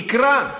נקרע.